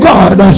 God